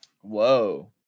Whoa